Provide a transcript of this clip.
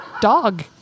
dog